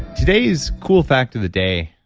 today's cool fact of the day.